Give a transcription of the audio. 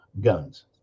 guns